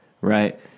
right